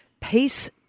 peace